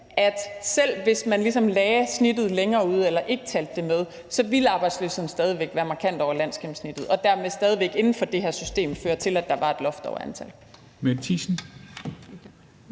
at selv hvis man ligesom lagde snittet længere ude eller ikke talte det med, ville arbejdsløsheden stadig væk være markant over landsgennemsnittet og dermed stadig væk inden for det her system føre til et loft over antallet.